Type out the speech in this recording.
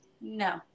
No